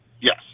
Yes